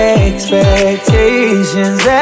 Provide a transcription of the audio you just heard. expectations